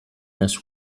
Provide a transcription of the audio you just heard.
this